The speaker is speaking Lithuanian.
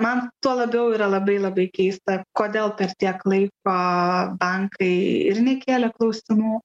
man tuo labiau yra labai labai keista kodėl per tiek laiko bankai ir nekėlė klausimų